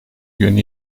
gün